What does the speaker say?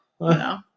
No